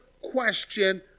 question